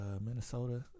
Minnesota